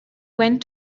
went